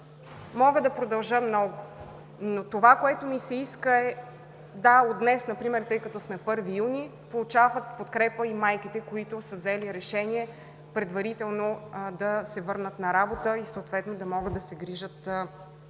Мога да продължа много, но това, което ми се иска е – да, от днес например, тъй като сме първи юни, получават подкрепа и майките, които са взели решение предварително да се върнат на работа и съответно да могат да се грижат по-добре